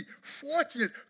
fortunate